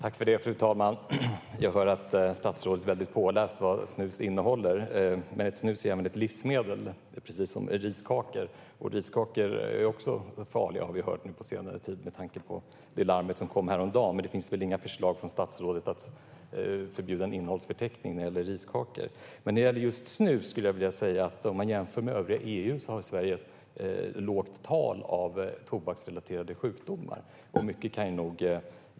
Fru talman! Jag hör att statsrådet är påläst på vad snus innehåller. Snus är ett livsmedel precis som riskakor, och riskakor är också farliga enligt det larm som kom häromdagen. Men det finns väl inga förslag på att förbjuda innehållsförteckning på riskakor? Jämför vi med övriga EU är antalet sjuka i tobaksrelaterade sjukdomar i Sverige lågt.